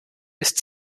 ist